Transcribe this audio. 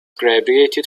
graduated